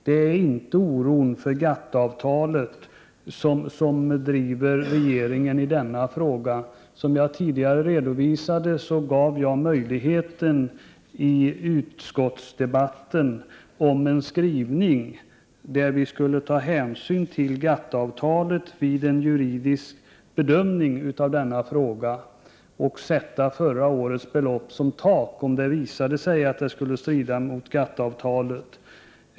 Det är inte oron för Som jag tidigare redovisat har jag i utskottsdebatten pekat på möjligheten 2 juni 1989 till en skrivning här. Vi skulle då ta hänsyn till GATT-avtalet vid en juridisk bedömning av denna fråga. Förra årets belopp skulle vara ett tak här, om det skulle visa sig att detta strider mot GATT-avtalet.